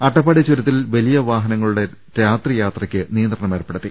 അട്ടപ്പാടി ചുരത്തിൽ വലിയ വാഹനങ്ങളുടെ രാത്രിയാത്രക്ക് നിയന്ത്രണം ഏർപ്പെടുത്തി